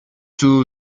two